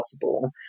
possible